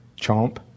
chomp